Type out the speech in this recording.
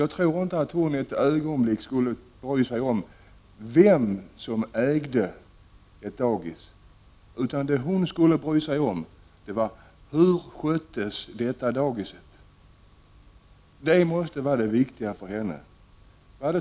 Jag tror inte att hon för ett ögonblick skulle bry sig om vem som äger ett visst daghem, utan det hon skulle bry sig om är hur detta daghem sköts. Det måste vara det viktiga för henne.